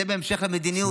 זה בהמשך למדיניות,